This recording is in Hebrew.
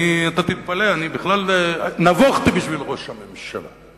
אתה תתפלא, אני בכלל נבוכתי בשביל ראש הממשלה.